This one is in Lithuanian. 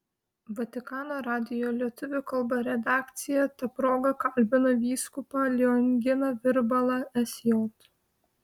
vatikano radijo lietuvių kalba redakcija ta proga kalbina vyskupą lionginą virbalą sj